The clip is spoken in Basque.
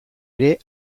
ere